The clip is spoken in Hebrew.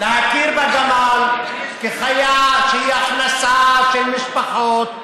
להכיר בגמל כחיה שהיא הכנסה של משפחות,